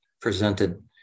presented